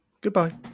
Goodbye